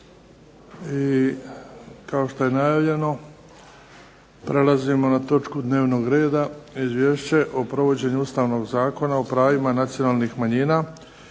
I kao što je najavljeno prelazimo na točku dnevnog reda - Izvješće o provođenju Ustavnog zakona o pravima nacionalnih manjina i